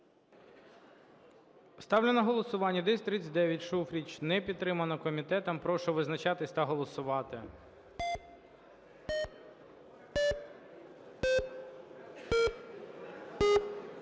Ставлю на голосування 1039, Шуфрич. Не підтримана комітетом. Прошу визначатися та голосувати.